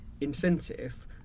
incentive